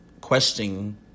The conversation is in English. questioning